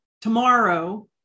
tomorrow